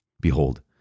Behold